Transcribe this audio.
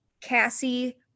Cassie